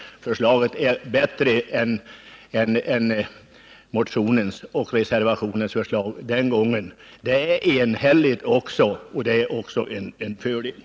Förslaget är bättre än s-motionens och s-reservationens förslag den gången. Dessutom är förslaget enhälligt, vilket också är en fördel.